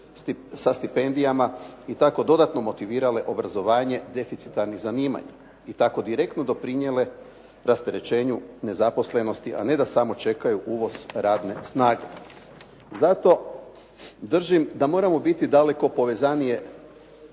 sa stipendijama i tako dodatno motivirale obrazovanje deficitarnih zanimanja i tako direktno doprinijele rasterećenju nezaposlenosti a ne da samo čekaju uvoz radne snage. Zato držim da moramo biti daleko povezaniji